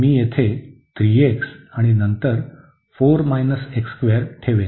तर मी तिथे 3x आणि नंतर ठेवेन